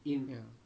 ya